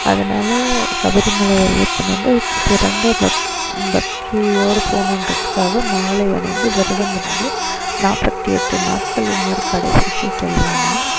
அதனால் சபரி மலை ஐயப்பனை வந்து சிறந்த பக் பக்தியோடு போகணும்ன்றதுக்காக மாலை அணிந்து விரதம் இருந்து நாற்பத்தி எட்டு நாட்கள் இது மாதிரி கடை பிடித்து செல்வாங்க